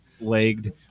legged